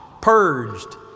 purged